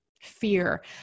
fear